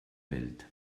welt